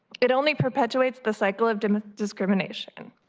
it only perpetuates the cycle of um ah discrimination.